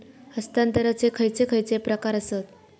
हस्तांतराचे खयचे खयचे प्रकार आसत?